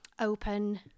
open